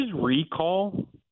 recall